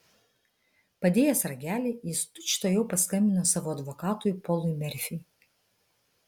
padėjęs ragelį jis tučtuojau paskambino savo advokatui polui merfiui